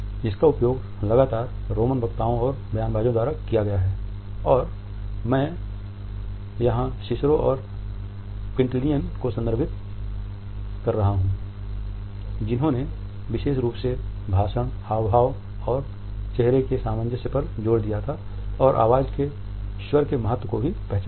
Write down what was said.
इसका उपयोग लगातार रोमन वक्ताओ और बयानबाज़ों द्वारा किया गया है और मैंने यहाँ सिसरो और क्विंटिलियन को संदर्भित किया है जिन्होंने विशेष रूप से भाषण हावभाव और चेहरे के सामंजस्य पर जोर दिया था और आवाज़ के स्वर के महत्व को भी पहचाना था